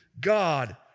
God